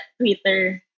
Twitter